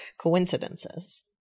coincidences